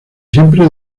siempre